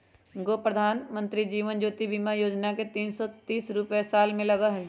गो प्रधानमंत्री जीवन ज्योति बीमा योजना है तीन सौ तीस रुपए साल में लगहई?